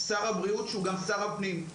שר הבריאות שהוא גם שר הפנים,